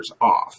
off